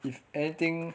if anything